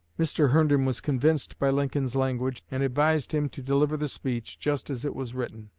mr. herndon was convinced by lincoln's language, and advised him to deliver the speech just as it was written.